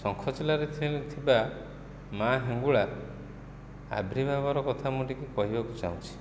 ଶଙ୍ଖଚିଲ୍ଲାରେ ଥିବା ମାଁ ହିଙ୍ଗୁଳା ଆବିର୍ଭାବର କଥା ମୁଁ ଟିକିଏ କହିବାକୁ ଚାହୁଁଛି